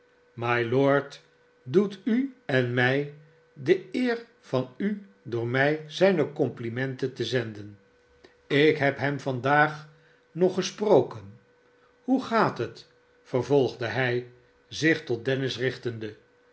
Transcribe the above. smylord doet u en mij de eer van u door mij zijne complimenten te zenden ik heb hem vandaag nog gesproken hoe gaat het vervolgde hij zich tot dennis richtende